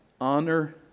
honor